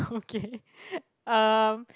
okay um